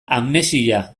amnesia